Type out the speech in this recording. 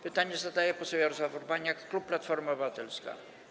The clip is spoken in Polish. Pytanie zadaje poseł Jarosław Urbaniak, klub Platforma Obywatelska.